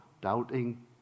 Doubting